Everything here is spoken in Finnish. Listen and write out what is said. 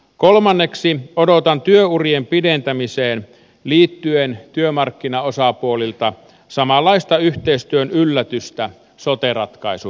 kolmanneksi odotan työurien pidentämiseen liittyen työmarkkinaosapuolilta samanlaista yhteistyön yllätystä sote ratkaisun tapaan